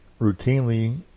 routinely